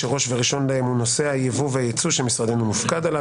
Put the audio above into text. שראש וראשון להם הוא נושא היבוא והיצוא שמשרדנו מופקד עליו.